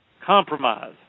Compromise